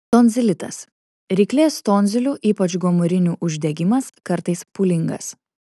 tonzilitas ryklės tonzilių ypač gomurinių uždegimas kartais pūlingas